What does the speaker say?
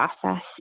process